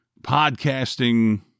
podcasting